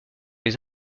les